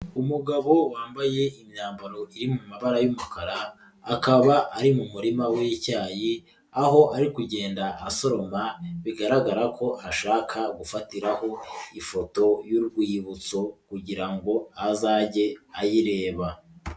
Umugabo wambaye imyambaro iri mu mabara y'umukara, akaba ari mu murima w'icyayi aho ari kugenda asoroma bigaragara ko ashaka gufatiraho ifoto y'urwibutso kugira ngo azajye ayireba.